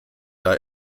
jahr